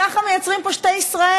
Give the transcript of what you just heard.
ככה מייצרים פה שתי ישראל: